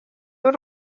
w’u